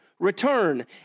return